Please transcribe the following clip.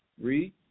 Read